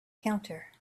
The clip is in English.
counter